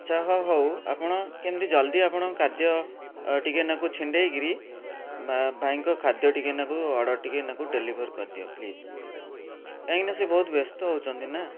ଆଚ୍ଛା ହ ହଉ ଆପଣ କେମିତି ଜଲଦି ଆପଣଙ୍କ କାର୍ଯ୍ୟ ଟିକେନାକୁ ଛିଣ୍ଡେଇକିରି ଭାଇଙ୍କ ଖାଦ୍ୟ ଟିକେନାକୁ ଅର୍ଡ଼ର୍ ଟିକେନାକୁ ଡେଲିଭର କରିଦିଅ ପ୍ଲିଜ୍ କାହିଁକିନା ସିଏ ବହୁତ ବ୍ୟସ୍ତ ହେଉଛନ୍ତି ନା